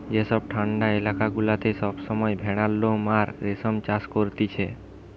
যেসব ঠান্ডা এলাকা গুলাতে সব সময় ভেড়ার লোম আর রেশম চাষ করতিছে